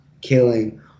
killing